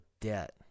debt